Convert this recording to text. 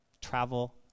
Travel